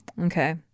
Okay